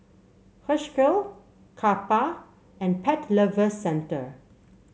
Herschel Kappa and Pet Lovers Centre